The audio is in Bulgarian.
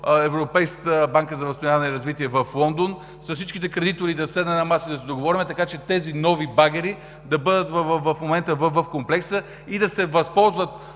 Европейската банка за възстановяване и развитие в Лондон, с всичките кредитори да седнем на масата и да се договорим, така че тези нови багери да бъдат в момента в комплекса и миньорите да се възползват